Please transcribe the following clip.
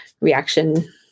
Reaction